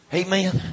amen